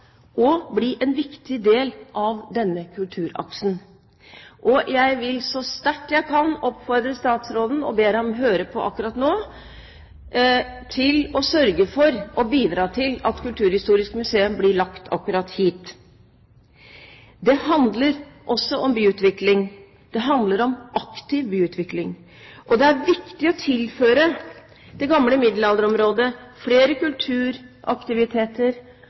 og vil bli en viktig del av denne kulturaksen. Jeg vil så sterkt jeg kan oppfordre statsråden – jeg ber ham høre på akkurat nå – til å sørge for å bidra til at Kulturhistorisk museum blir lagt akkurat der. Det handler også om byutvikling, om aktiv byutvikling. Det er viktig å tilføre det gamle middelalderområdet flere kulturaktiviteter